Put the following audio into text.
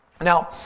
Now